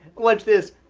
watch this